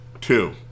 two